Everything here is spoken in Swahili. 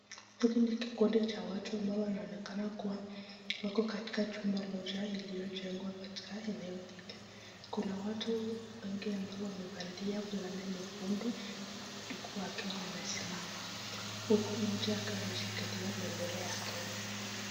Hiki ni kikundi cha watu ambao wanaonekana kuwa wako katika chumba moja iliyojengwa katika eneo lile, kuna watu wengi wamevalia fulana nyekundu huku wakiwa wamesimama huku mmoja akiwa ameshikilia bendera ya Kenya.